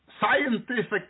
scientific